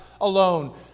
alone